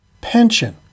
Pension